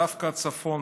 דווקא הצפון,